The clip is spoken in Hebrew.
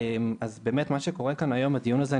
אז באמת מה שקורה כאן היום בדיון הזה,